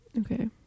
Okay